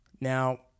Now